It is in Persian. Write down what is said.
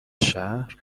شهر